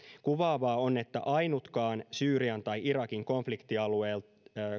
kuvaavaa on että ainutkaan syyrian tai irakin konfliktialueelta